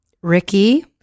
Ricky